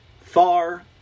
far